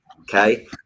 okay